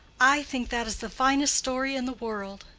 i think that is the finest story in the world.